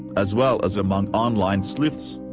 as well as among online sleuths.